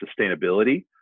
sustainability